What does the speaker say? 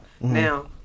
Now